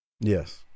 Yes